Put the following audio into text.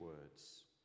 words